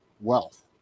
wealth